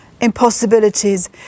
impossibilities